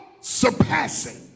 surpassing